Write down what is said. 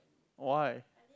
why